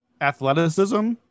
Athleticism